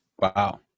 Wow